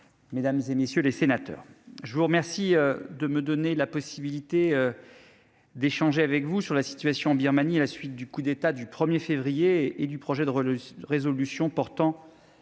mesdames, messieurs les sénateurs, je vous remercie de me donner la possibilité d'échanger avec vous sur la situation en Birmanie à la suite du coup d'État du 1 février 2021 en discutant